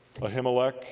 Ahimelech